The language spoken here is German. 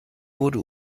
wurde